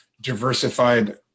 diversified